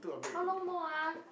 how long more ah